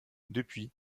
depuis